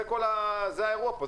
וזה האירוע פה.